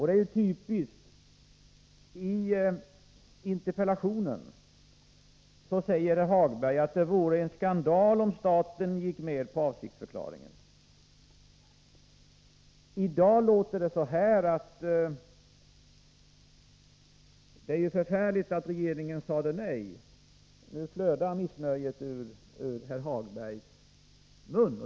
Det är typiskt: I interpellationen säger herr Hagberg att det vore en skandal om staten gick med på avsiktsförklaringen. I dag låter det så här: Det är förfärligt att regeringen sade nej. Nu flödar missnöjet ur herr Hagbergs mun.